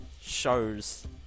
shows